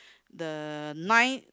the nine